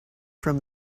from